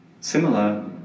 similar